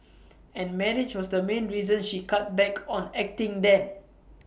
and marriage was the main reason she cut back on acting then